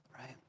right